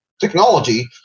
technology